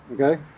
okay